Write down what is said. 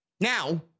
Now